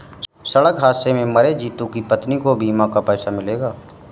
सड़क हादसे में मरे जितू की पत्नी को बीमा का पैसा मिलेगा